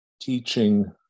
teaching